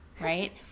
Right